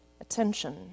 attention